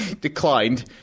Declined